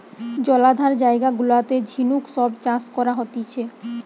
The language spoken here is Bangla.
জলাধার জায়গা গুলাতে ঝিনুক সব চাষ করা হতিছে